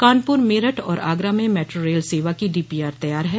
कानपुर मेरठ और आगरा में metro rail सेवा की डीपीआर तैयार है